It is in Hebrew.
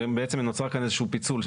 נוצר כאן בעצם פיצול,